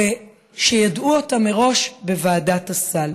ושידעו אותה מראש בוועדת הסל.